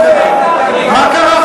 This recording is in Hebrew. מה קרה?